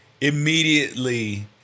immediately